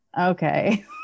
okay